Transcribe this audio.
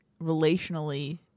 relationally